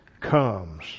comes